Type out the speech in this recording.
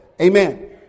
Amen